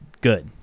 good